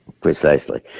Precisely